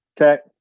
Okay